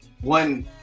one